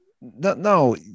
No